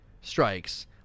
strikes